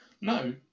No